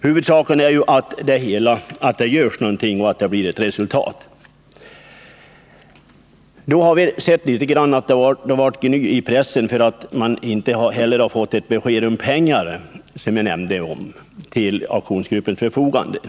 Huvudsaken är att det görs någonting och att det blir ett resultat. Det har varit litet gny i pressen för att man inte fått besked om pengar, som jag nämnde, till aktionsgruppens förfogande.